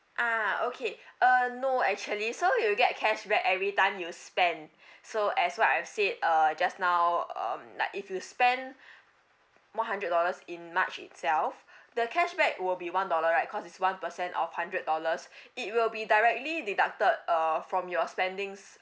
ah okay uh no actually so you'll get cashback every time you spend so as what I've said uh just now um like if you spend one hundred dollars in march itself the cashback will be one dollar right cause is one percent of hundred dollars it will be directly deducted uh from your spendings